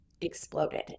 exploded